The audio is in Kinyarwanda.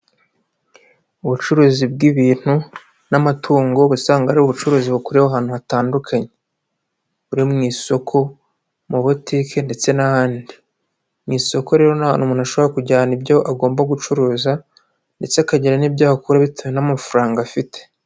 Ubucuruzi bw'ibintu, n'amatungo uba usanga ari ubucuruzi bukorewe ahantu hatandukanye. Buri mu isoko, mu butike ndetse n'ahandi. Mu isoko rero ni ahantu ashobora kujyana ibyo agomba gucuruza, ndetse akajyana n'ibyo ahakora bitewe n'amafaranga afite.